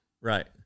right